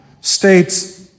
states